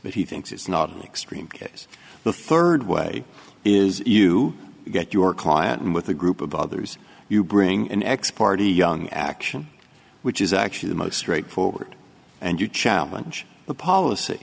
but he thinks it's not an extreme case the third way is you get your client in with a group of others you bring an ex party young action which is actually the most straightforward and you challenge the policy